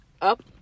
up